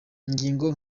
ingingo